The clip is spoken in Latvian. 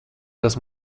kas